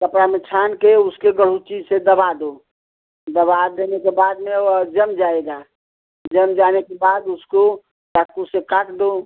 कपड़ा में छान के उसके गहुँची से दबा दो दबा देने के बाद में वह जम जाएगा जम जाने के बाद उसको चाकू से काट दो